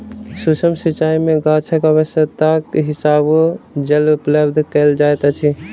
सुक्ष्म सिचाई में गाछक आवश्यकताक हिसाबें जल उपलब्ध कयल जाइत अछि